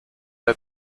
der